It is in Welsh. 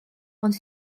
ond